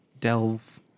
delve